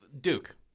Duke